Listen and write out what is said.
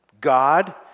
God